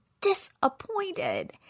disappointed